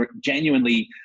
genuinely